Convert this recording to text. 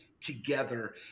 together